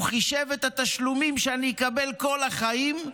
הוא חישב את התשלומים שאני אקבל כל החיים,